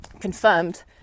confirmed